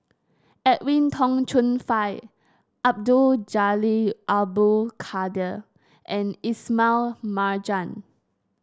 Edwin Tong Chun Fai Abdul Jalil Abdul Kadir and Ismail Marjan